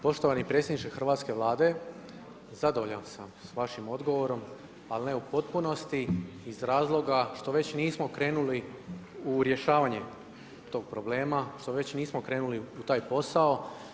Poštovani predsjedniče Hrvatske vlade, zadovoljan sam s vašim odgovorom, ali ne u potpunosti iz razloga što ve nismo krenuli u rješavanje tog problema, što već nismo krenuli u taj posao.